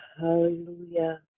Hallelujah